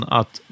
att